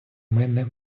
мене